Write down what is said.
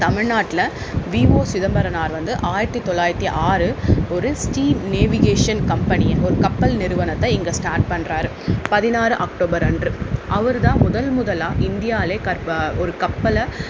தமிழ்நாட்டில் விஒ சிதம்பரனார் வந்து ஆயிரத்து தொள்ளாயிரத்தி ஆறு ஒரு ஸ்டீம் நேவிகேஷன் கம்பெனியை ஒரு கப்பல் நிறுவனத்தை இங்கே ஸ்டார்ட் பண்ணுறாரு பதினாறு அக்டோபர் அன்று அவர் தான் முதல்முதலாக இந்தியாவிலே கர்ப ஒரு கப்பலை